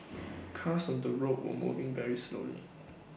cars on the road were moving very slowly